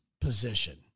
position